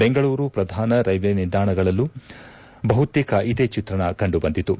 ಬೆಂಗಳೂರು ಪ್ರಧಾನ ರೈಲ್ವೆ ನಿಲ್ದಾಣದಲ್ಲೂ ಬಹುತೇಕ ಇದೇ ಚಿತ್ರಣ ಕಂಡುಬಂದಿತು